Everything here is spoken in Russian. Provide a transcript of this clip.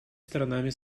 сторонами